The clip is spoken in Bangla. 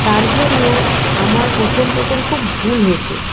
তার জন্য আমার প্রথম প্রথম খুব ভুল হতো